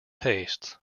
tastes